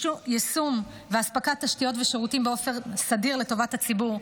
יישום ואספקת תשתיות ושירותים באופן סדיר לטובת הציבור.